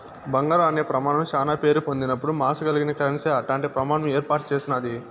బంగారం అనే ప్రమానం శానా పేరు పొందినపుడు మార్సగలిగిన కరెన్సీ అట్టాంటి ప్రమాణం ఏర్పాటు చేసినాది